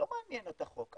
לא מעניין את החוק,